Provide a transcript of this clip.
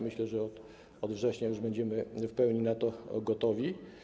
Myślę, że od września będziemy już w pełni na to gotowi.